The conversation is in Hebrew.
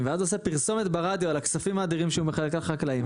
ואז עושה פרסומת ברדיו על הכספים האדירים שהוא מחלק לחקלאים,